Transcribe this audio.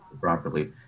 properly